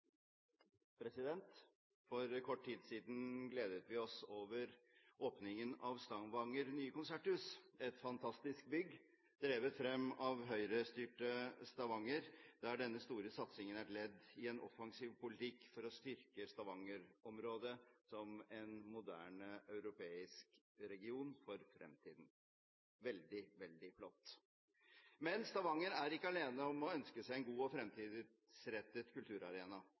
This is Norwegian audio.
For kort tid siden gledet vi oss over åpningen av Stavangers nye konserthus, et fantastisk bygg drevet frem av Høyre-styrte Stavanger. Denne store satsingen er ledd i en offensiv politikk for å styrke Stavanger-området som en moderne europeisk region for fremtiden, noe som er veldig flott. Men Stavanger er ikke alene om å ønske seg en god og fremtidsrettet kulturarena.